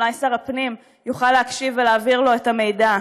אולי שר הפנים יוכל להקשיב ולהעביר לו את המידע.